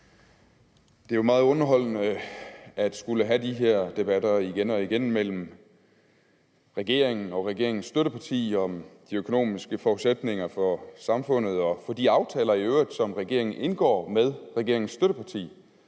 Det er jo meget underholdende at skulle have de her debatter igen og igen mellem regeringen og regeringens støtteparti om de økonomiske forudsætninger for samfundet og for de aftaler i øvrigt, som regeringen indgår med regeringens støtteparti.